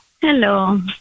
hello